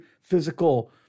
physical